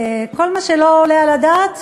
כל מה שלא עולה על הדעת,